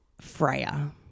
Freya